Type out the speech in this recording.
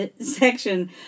section